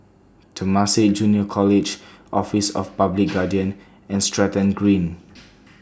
Temasek Junior College Office of The Public Guardian and Stratton Green